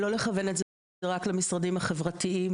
לא לכוון את זה רק למשרדים החברתיים,